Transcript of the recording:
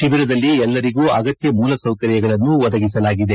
ಶಿಬಿರದಲ್ಲಿ ಎಲ್ಲರಿಗೂ ಅಗತ್ಯ ಮೂಲಸೌಕರ್ಯಗಳನ್ನು ಒದಗಿಸಲಾಗಿದೆ